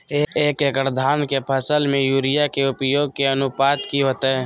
एक एकड़ धान के फसल में यूरिया के उपयोग के अनुपात की होतय?